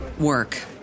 work